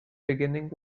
beginning